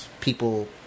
people